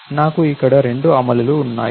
నాకు ఇక్కడ రెండు అమలులు ఉన్నాయి